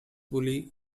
woolly